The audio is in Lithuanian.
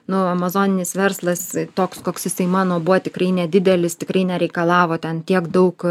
nu amazoninis verslas toks koks jisai mano buvo tikrai nedidelis tikrai nereikalavo ten tiek daug